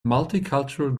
multicultural